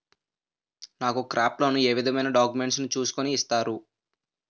నాకు crop loan ఏ విధమైన డాక్యుమెంట్స్ ను చూస్కుని ఇస్తారు?